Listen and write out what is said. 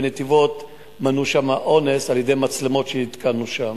בנתיבות מנעו אונס על-ידי מצלמות שהתקנו שם.